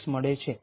6 મળે છે